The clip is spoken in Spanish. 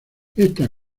esta